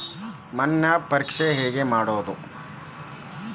ಮಣ್ಣು ಪರೇಕ್ಷೆ ಹೆಂಗ್ ಮಾಡೋದು?